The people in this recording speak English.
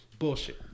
bullshit